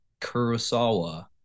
kurosawa